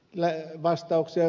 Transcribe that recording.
lähe vastauksia